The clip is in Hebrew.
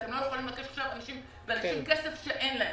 ואתם לא יכולים לבקש עכשיו מאנשים כסף שאין להם.